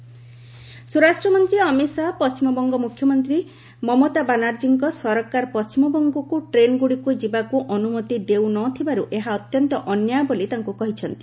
ଅମିତଶାହା ମମତା ବାନାର୍କୀ ସ୍ୱରାଷ୍ଟ୍ରମନ୍ତ୍ରୀ ଅମିତ ଶାହା ପଣ୍ଟିମବଙ୍ଗ ମୁଖ୍ୟମନ୍ତ୍ରୀ ମମତା ବାନାର୍ଜୀଙ୍କ ସରକାର ପଶ୍ଚିମବଙ୍ଗକୁ ଟ୍ରେନ୍ଗୁଡ଼ିକୁ ଯିବାକୁ ଅନୁମତି ଦେଉନଥିବାରୁ ଏହା ଅତ୍ୟନ୍ତ ଅନ୍ୟାୟ ବୋଲି ତାଙ୍କୁ କହିଛନ୍ତି